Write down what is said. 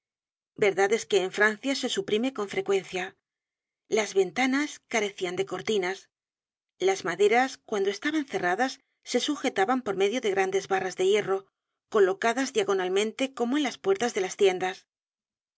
es que en f r a n c i a se suprime con frecuencia las ventanas carecían de cortinas las maderas cuando estaban cerradas se sujetaban por medio de grandes barras de hierro colocadas diagonalmente como en las puertas de las tiendas